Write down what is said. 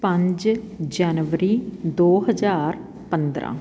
ਪੰਜ ਜਨਵਰੀ ਦੋ ਹਜ਼ਾਰ ਪੰਦਰ੍ਹਾਂ